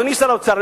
אדוני שר האוצר,